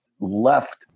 left